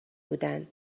بودن